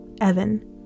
evan